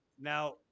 Now